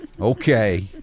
Okay